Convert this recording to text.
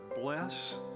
bless